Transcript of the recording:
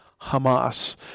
Hamas